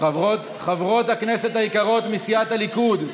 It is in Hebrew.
חברות הכנסת היקרות מסיעת הליכוד,